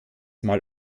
mal